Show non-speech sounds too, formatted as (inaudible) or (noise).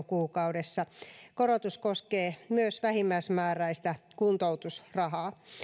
(unintelligible) kuukaudessa korotus koskee myös vähimmäismääräistä kuntoutusrahaa